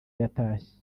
yatashye